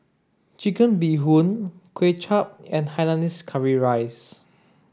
chicken bee hoon Kway Chap and Hainanese curry rice